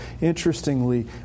Interestingly